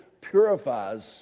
purifies